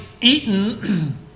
eaten